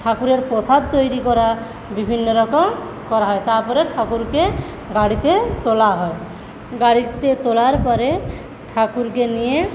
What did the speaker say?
ঠাকুরের প্রসাদ তৈরি করা বিভিন্নরকম করা হয় তারপরে ঠাকুরকে গাড়িতে তোলা হয় গাড়িতে তোলার পরে ঠাকুরকে নিয়ে